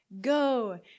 go